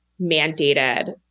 mandated